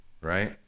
Right